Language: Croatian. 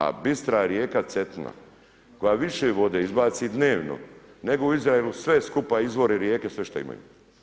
A bistra je rijeka Cetina koja više vode izbaci dnevno nego u Izraelu sve skupa izvori rijeke, sve što imaju.